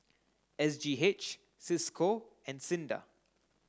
S G H Cisco and SINDA